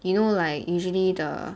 you know like usually the